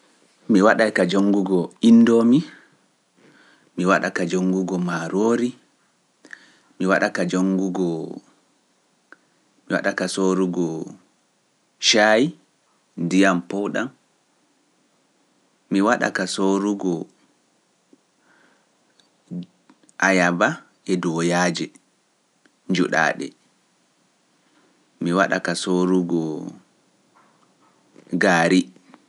Mi waɗa ka jonngugo inndomi, mi waɗa ka jonngugo maaroori, mi waɗa ka jonngugo, mi waɗa ka sorugo caayi ndiyam powdam, mi waɗa ka sorugo ayaba e duwoyaaje njuɗaaɗi, mi waɗa ka soorugo gaari.